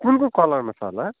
कुन कुन कलरमा छ होला